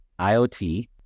IoT